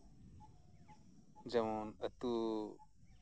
ᱡᱮᱢᱚᱱ ᱟᱹᱛᱩ